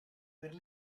per